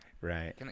right